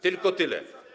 Tylko tyle.